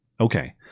Okay